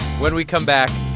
when we come back,